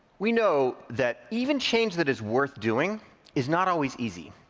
we know that even change that is worth doing is not always easy,